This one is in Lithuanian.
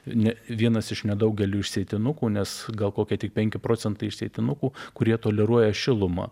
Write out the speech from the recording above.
ne vienas iš nedaugelio išsėtinukų nes gal kokie tik penki procentai išsėtinukų kurie toleruoja šilumą